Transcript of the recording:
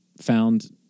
found